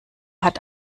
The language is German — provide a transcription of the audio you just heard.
hat